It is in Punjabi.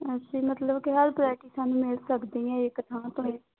ਅੱਛਾ ਜੀ ਮਤਲਬ ਕਿ ਹਰ ਵਰੈਟੀ ਸਾਨੂੰ ਮਿਲ ਸਕਦੀ ਹੈ ਇੱਕ ਥਾਂ ਤੋਂ ਹੀ